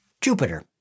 Jupiter